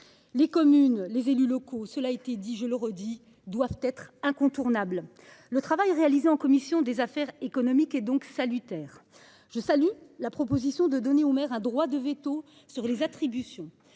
plus accepter. Les élus locaux doivent être incontournables. Le travail réalisé en commission des affaires économiques est donc salutaire. Je salue la proposition de donner aux maires un droit de veto sur les attributions,